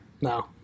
No